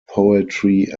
poetry